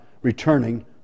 Returning